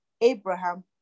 Abraham